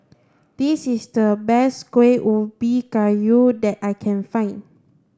this is the best Kueh Ubi Kayu that I can find